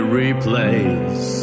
replace